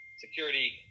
security